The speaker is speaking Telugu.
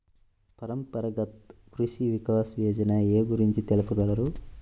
పరంపరాగత్ కృషి వికాస్ యోజన ఏ గురించి తెలుపగలరు?